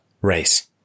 race